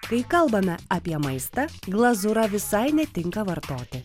kai kalbame apie maistą glazūra visai netinka vartoti